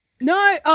No